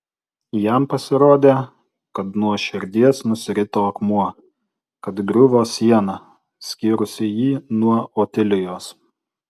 jam pasirodė kad nuo širdies nusirito akmuo kad griuvo siena skyrusi jį nuo otilijos